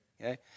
okay